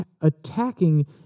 attacking